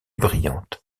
brillantes